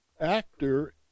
actor